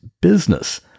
business